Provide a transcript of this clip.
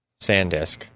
SanDisk